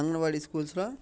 అంగన్వాడి స్కూల్స్లో